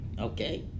Okay